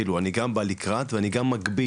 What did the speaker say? כאילו אני גם בא לקראת ואני גם מגביל,